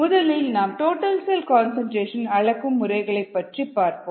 முதலில் நாம் total cell concentration அளக்கும் முறைகள் பற்றி பார்ப்போம்